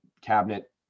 cabinet